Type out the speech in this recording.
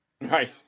right